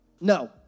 No